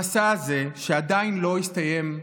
המסע הזה, שעדיין לא הסתיים,